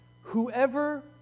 Whoever